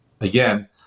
again